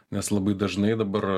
nes labai dažnai dabar